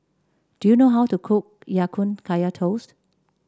do you know how to cook Ya Kun Kaya Toast